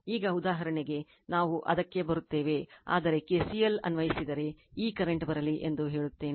ಈಗ ಉದಾಹರಣೆಗೆ ನಾವು ಅದಕ್ಕೆ ಬರುತ್ತೇವೆ ಆದರೆ KCL ಅನ್ವಯಿಸಿದರೆ ಈ ಕರೆಂಟ್ ಬರಲಿ ಎಂದು ಹೇಳುತ್ತೇನೆ